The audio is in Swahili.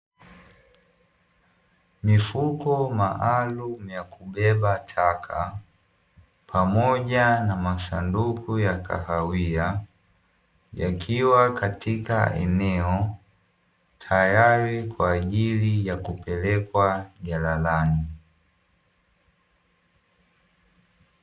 Mifuko maalumu ya kubeba taka pamoja na masanduku ya kahawia yakiwa Katika eneo, tayari kwa ajili ya kupelekwa jalalani.